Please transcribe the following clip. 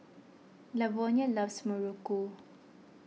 Lavonia loves Muruku